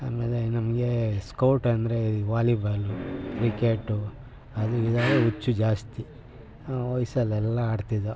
ಆಮೇಲೆ ನಮಗೆ ಸ್ಕೌಟ್ ಅಂದರೆ ವಾಲಿಬಾಲು ಕ್ರಿಕೆಟು ಅದು ಇದೆಲ್ಲ ಹುಚ್ಚು ಜಾಸ್ತಿ ವಯಸಲ್ಲೆಲ್ಲ ಆಡ್ತಿದ್ದು